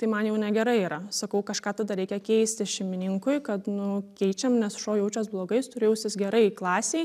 tai man jau negerai yra sakau kažką tada reikia keisti šeimininkui kad nu keičiam nes šuo jaučias blogai jis turi jaustis gerai klasėj